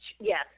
Yes